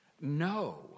No